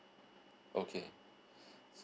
okay